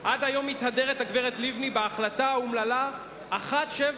עד היום מתהדרת הגברת לבני בהחלטה האומללה 1701: